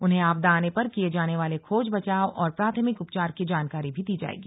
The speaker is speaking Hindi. उन्हें आपदा आने पर किए जाने वाले खोज बचाव और प्राथमिक उपचार की जानकारी दी जाएगी